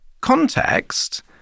context